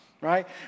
right